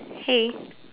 hey